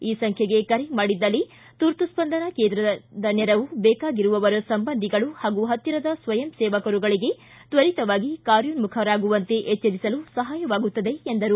ಈ ಸಂಖ್ಯೆಗೆ ಕರೆ ಮಾಡಿದಲ್ಲಿ ತುರ್ತು ಸ್ಪಂದನಾ ಕೇಂದ್ರದ ನೆರವು ಬೇಕಾಗಿರುವವರ ಸಂಬಂಧಿಗಳು ಮತ್ತು ಪತ್ತಿರದ ಸ್ವಯಂ ಸೇವಕರುಗಳಿಗೆ ತ್ವರಿತವಾಗಿ ಕಾರ್ಯೋನ್ನುಖರಾಗುವಂತೆ ಎಚ್ವರಿಸಲು ಸಹಾಯ ಮಾಡುತ್ತದೆ ಎಂದರು